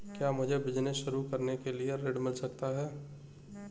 क्या मुझे बिजनेस शुरू करने के लिए ऋण मिल सकता है?